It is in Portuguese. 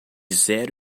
zero